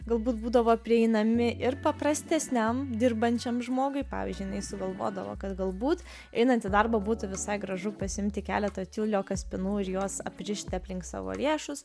galbūt būdavo prieinami ir paprastesniam dirbančiam žmogui pavyzdžiui jinai sugalvodavo kad galbūt einantį darbą būtų visai gražu pasiimti keletą tiulio kaspinų ir juos aprišti aplink savo riešus